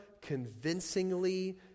convincingly